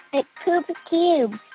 it poops cubes.